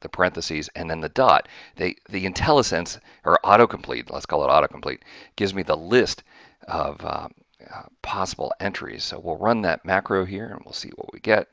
the parentheses and then the dot they the intellisense or autocomplete let's call it autocomplete gives me the list of possible entries. so, we'll run that macro here and we'll see what we get